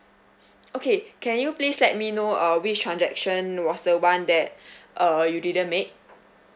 okay can you please let me know err which transaction was the one that uh you didn't make